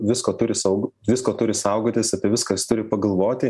visko turi sau visko turi saugotis apie viską jis turi pagalvoti